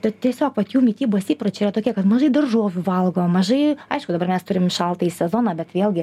ta tiesiog vat jų mitybos įpročiai yra tokie kad mažai daržovių valgo mažai aišku dabar mes turim šaltąjį sezoną bet vėlgi